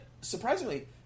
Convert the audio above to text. surprisingly